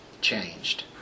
changed